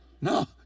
No